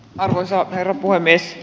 arvoisa herra puhemies